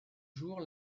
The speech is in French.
jours